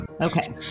Okay